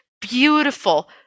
Beautiful